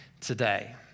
today